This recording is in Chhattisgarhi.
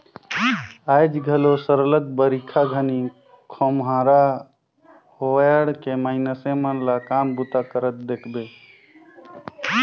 आएज घलो सरलग बरिखा घनी खोम्हरा ओएढ़ के मइनसे मन ल काम बूता करत देखबे